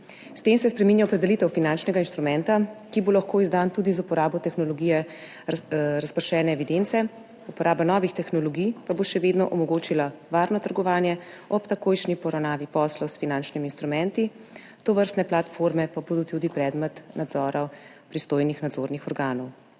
S tem se spreminja opredelitev finančnega instrumenta, ki bo lahko izdan tudi z uporabo tehnologije razpršene evidence, uporaba novih tehnologij pa bo še vedno omogočila varno trgovanje ob takojšnji poravnavi poslov s finančnimi instrumenti, tovrstne platforme pa bodo tudi predmet nadzora pristojnih nadzornih organov.